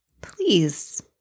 please